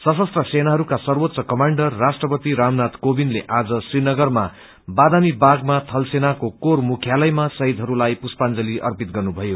सशस्त्र सेनाहरूका सर्वोच्च कमाण्डर राष्ट्रपति रामनागि कोविन्दले आज श्रीनगरमा बादामी बागमा थल सेनाको कोर मुख्यालयमा शहीदहरूलाई पुष्पाजंली अर्पित गन्नुभयो